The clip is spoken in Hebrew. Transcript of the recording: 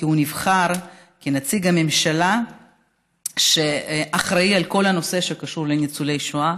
כי הוא נבחר כנציג הממשלה שאחראי לכל הנושא שקשור לניצולי שואה.